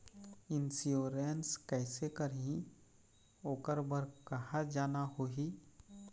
Insurance कैसे करही, ओकर बर कहा जाना होही?